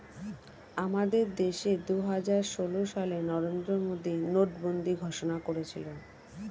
আমাদের দেশে দুহাজার ষোল সালে নরেন্দ্র মোদী নোটবন্দি ঘোষণা করেছিল